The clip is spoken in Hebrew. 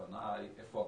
איפה הכסף.